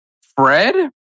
Fred